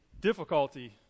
difficulty